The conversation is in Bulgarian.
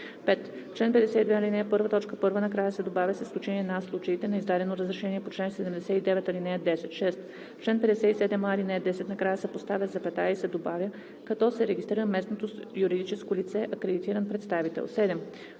5. В чл. 52, ал. 1, т. 1 накрая се добавя „с изключение на случаите на издадено разрешение по чл. 79, ал. 10“. 6. В чл. 57а, ал. 10 накрая се поставя запетая и се добавя „като се регистрира местното юридическо лице – акредитиран представител“. 7.